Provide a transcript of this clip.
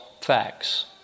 facts